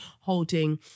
holding